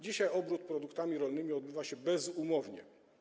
Dzisiaj obrót produktami rolnymi odbywa się bezumownie.